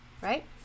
right